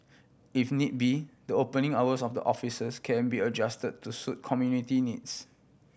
if need be the opening hours of the offices can be adjust to suit community needs